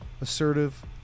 assertive